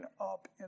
up